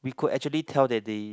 we could actually tell that they